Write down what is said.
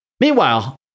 Meanwhile